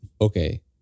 Okay